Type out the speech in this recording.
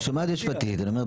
אני שומע משפטית ואני אומר,